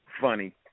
Funny